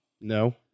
No